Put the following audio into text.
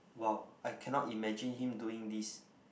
wow I cannot imagine him doing this